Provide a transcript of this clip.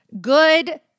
Good